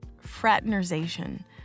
Fraternization